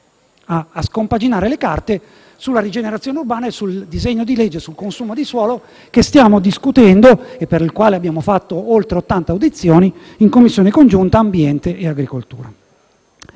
a scompaginare le carte sulla rigenerazione urbana e sul disegno di legge sul consumo di suolo che stiamo discutendo e per il quale abbiamo fatto oltre ottanta audizioni in Commissioni riunite ambiente e agricoltura.